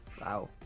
Wow